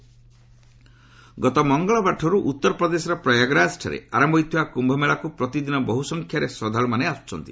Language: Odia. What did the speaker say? କ୍ୱମ୍ଭ ଗତ ମଙ୍ଗଳବାରଠାର୍ଚ ଉତ୍ତରପ୍ରଦେଶର ପ୍ରୟାଗରାଜରେ ଆରମ୍ଭ ହୋଇଥିବା କ୍ୟୁମେଳାକୁ ପ୍ରତିନିଦିନ ବହୁ ସଂଖ୍ୟାରେ ଶ୍ରଦ୍ଧାଳୁମାନେ ଆସ୍କୁଛନ୍ତି